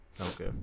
Okay